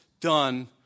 done